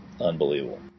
Unbelievable